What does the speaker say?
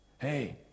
hey